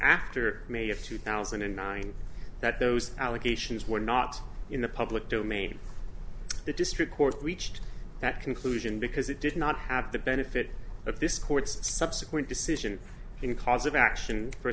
after may of two thousand and nine that those allegations were not in the public domain the district court reached that conclusion because it did not have the benefit of this court's subsequent decision in cause of action